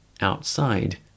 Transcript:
Outside